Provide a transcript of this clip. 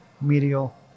medial